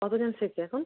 কতোজন শেখে এখন